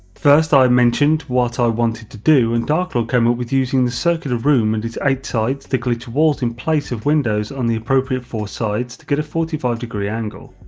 first i mentioned what i wanted to do and darklord came up with using the circular room and it's eight sides to glitch walls in place of windows on the appropriate four sides to get a forty five degree angle,